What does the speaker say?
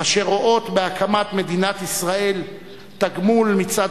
אשר רואות בהקמת מדינת ישראל תגמול מצד